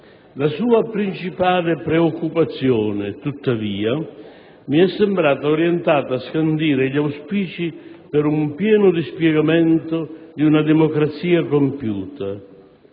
La sua principale preoccupazione, tuttavia, mi è sembrata orientata a scandire gli auspici per un pieno dispiegamento di una democrazia compiuta,